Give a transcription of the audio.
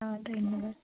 অঁ ধন্যবাদ